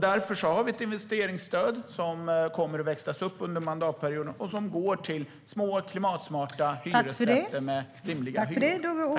Därför har vi ett investeringsstöd som kommer att växlas upp under mandatperioden och som går till små och klimatsmarta hyresrätter med rimliga hyror.